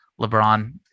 LeBron